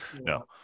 No